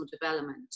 development